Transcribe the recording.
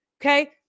okay